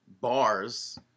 bars